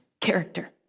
character